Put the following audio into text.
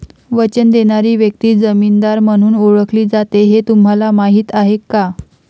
वचन देणारी व्यक्ती जामीनदार म्हणून ओळखली जाते हे तुम्हाला माहीत आहे का?